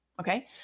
Okay